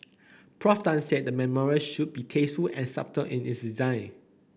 Prof Tan said the memorial should be tasteful and subtle in its design